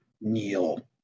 Kneel